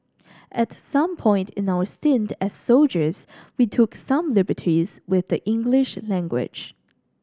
at some point in our stint as soldiers we took some liberties with the English language